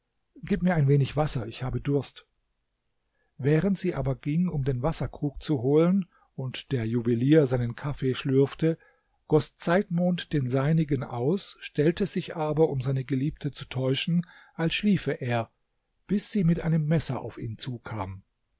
gib mir ein wenig wasser ich habe durst während sie aber ging um den wasserkrug zu holen und der juwelier seinen kaffee schlürfte goß zeitmond den seinigen aus stellte sich aber um seine geliebte zu täuschen als schliefe er bis sie mit einem messer auf ihn zukam